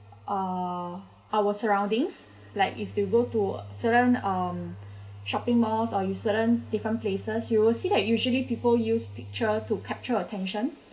uh our surroundings like if you go to certain um shopping malls or you certain different places you will see that usually people use picture to capture attention